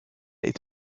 est